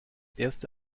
erste